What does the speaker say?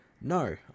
no